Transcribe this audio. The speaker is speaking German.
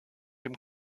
dem